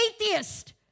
atheist